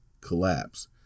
collapse